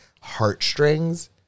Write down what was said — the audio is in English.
heartstrings